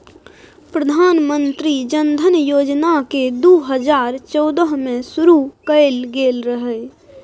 प्रधानमंत्री जनधन योजना केँ दु हजार चौदह मे शुरु कएल गेल रहय